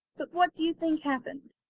but what do you think happened?